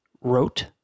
wrote